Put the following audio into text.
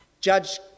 judge